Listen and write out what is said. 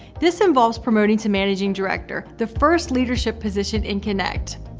this involves promoting to managing director the first leadership position in kynect.